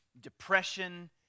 depression